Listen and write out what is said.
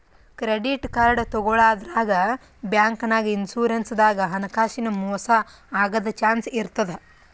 credit card ತಗೋಳಾದ್ರಾಗ್, ಬ್ಯಾಂಕ್ನಾಗ್, insurance ದಾಗ್ ಹಣಕಾಸಿನ್ ಮೋಸ್ ಆಗದ್ ಚಾನ್ಸ್ ಇರ್ತದ್